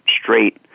straight